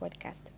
podcast